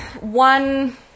one